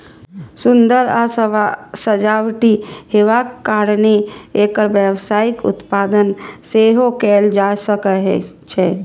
सुंदर आ सजावटी हेबाक कारणें एकर व्यावसायिक उत्पादन सेहो कैल जा सकै छै